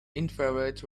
infrared